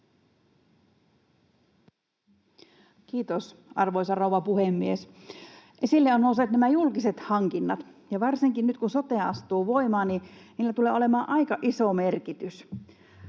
Kiitos, arvoisa rouva puhemies! Esille ovat nousseet nämä julkiset hankinnat, ja varsinkin nyt, kun sote astuu voimaan, niillä tulee olemaan aika iso merkitys,